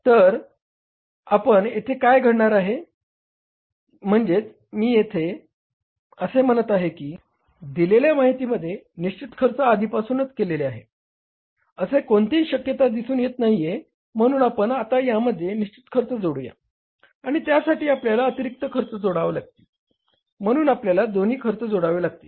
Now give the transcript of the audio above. तर आता इथे काय घडणार आहे म्हणजेच मी असे म्हणत आहे की या दिलेल्या माहितीमध्ये निश्चित खर्च आधीपासून केलेली आहे असे कोणतीही शक्यता दिसून येत नाहीये म्ह्णून आपण आता यामध्ये निश्चित खर्च जोडूया आणि त्यासाठी आपल्याला अतिरिक्त खर्च जोडावे लागतील म्हणून आपल्याला दोन्ही खर्च जोडावे लागतील